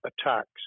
attacks